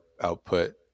output